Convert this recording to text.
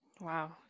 Wow